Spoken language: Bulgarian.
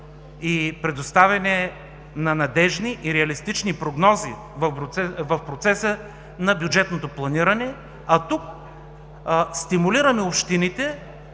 и предоставянето на надеждни и реалистични прогнози в процеса на бюджетното планиране, а тук стимулираме общините